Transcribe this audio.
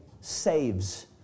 saves